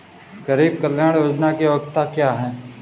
गरीब कल्याण योजना की योग्यता क्या है?